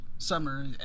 Summer